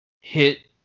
hit